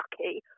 lucky